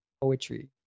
poetry